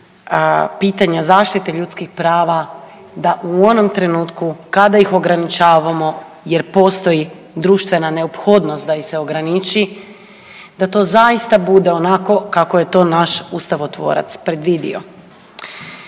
pitanja zaštite ljudskih prava da u onom trenutku kada ih ograničavamo jer postoji društvena neophodnost da ih se ograniči da to zaista bude onako kako je to naš ustavotvorac predvidio.